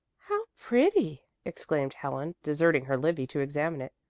how pretty! exclaimed helen, deserting her livy to examine it.